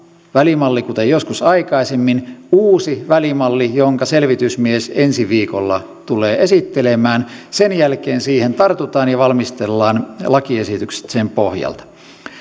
välimalli kuin joskus aikaisemmin vaan uusi välimalli jonka selvitysmies ensi viikolla tulee esittelemään sen jälkeen siihen tartutaan ja valmistellaan lakiesitykset sen pohjalta